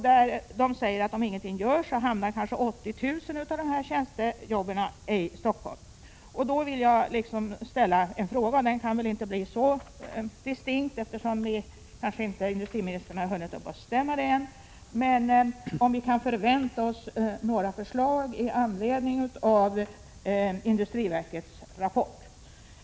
Där sägs det att om ingenting görs hamnar kanske 80 000 av dessa jobb inom tjänstesektorn i Stockholm. Med anledning av det vill jag ställa följande fråga, som inte kan bli så distinkt eftersom industriministern kanske inte hunnit ta ställning till saken ännu: Kan vi förvänta oss några förslag i anledning av industriverkets rapport?